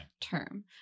term